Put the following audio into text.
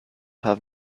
have